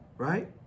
Right